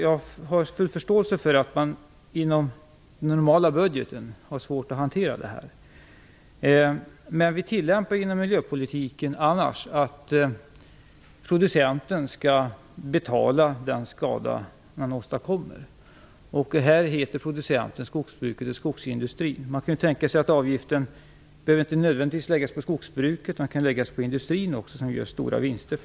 Jag har full förståelse för att man har svårt att hantera den inom den normala budgeten. Vi tillämpar annars inom miljöpolitiken att producenten skall betala den skada som åstadkommes. Här heter producenten skogsbruket och skogsindustrin. Man kan tänka sig att avgiften inte nödvändigtvis behöver läggas på skogsbruket. Den kan också läggas på industrin, som för närvarande gör stora vinster.